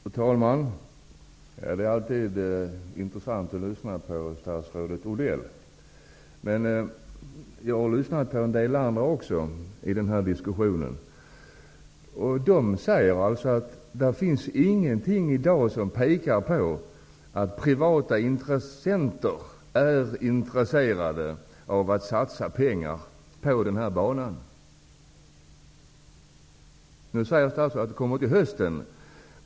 Fru talman! Det är alltid intressant att lyssna på statsrådet Odell. Men jag har lyssnat på en del andra också. De säger att det inte finns någonting i dag som pekar på att privata intressenter är intresserade av att satsa pengar på den här banan. Nu säger statsrådet att det intresset kommer till hösten.